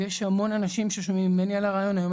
יש המון אנשים ששומעים ממני על הרעיון היום